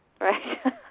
Right